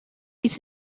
it’s